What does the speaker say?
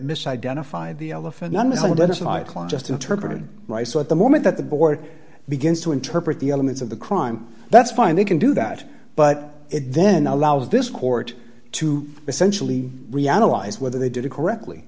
right so at the moment that the board begins to interpret the elements of the crime that's fine they can do that but it then allows this court to essentially reanalyze whether they did a correctly